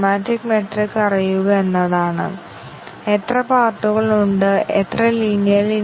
അല്ലെങ്കിൽ മറ്റൊരു വിധത്തിൽ പറഞ്ഞാൽ ഞങ്ങളുടെ MCDC ടെസ്റ്റ് കേസ് 1 2 3 ആയിരിക്കും